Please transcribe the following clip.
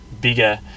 bigger